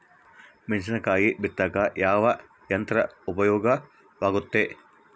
ಮೆಣಸಿನಕಾಯಿ ಬಿತ್ತಾಕ ಯಾವ ಯಂತ್ರ ಉಪಯೋಗವಾಗುತ್ತೆ?